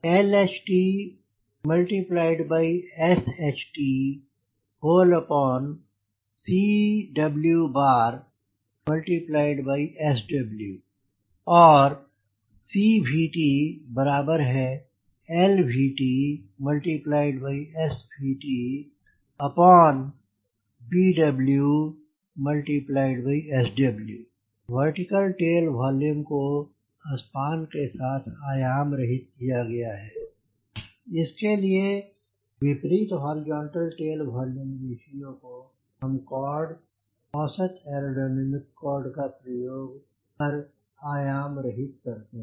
CHTLHTSHTcwSW और CVTLVTSVTbwSw vertical tail volume ratio को span के साथ आयामरहित किया गया है इसके विपरीत हॉरिजॉन्टल टेल वोल्यूम रेश्यो को हम कॉर्ड औसत एयरोडायनामिक कॉर्ड का प्रयोग कर आयाम रहित करते हैं